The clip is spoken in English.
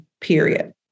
period